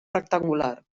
rectangular